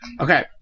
Okay